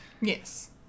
Yes